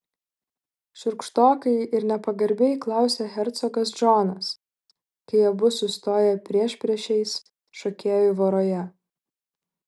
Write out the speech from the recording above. šiurkštokai ir nepagarbiai klausia hercogas džonas kai abu sustoja priešpriešiais šokėjų voroje